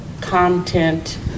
content